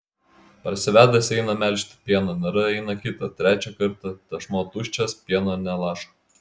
parsivedęs eina melžti pieno nėra eina kitą trečią kartą tešmuo tuščias pieno nė lašo